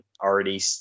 already